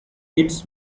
its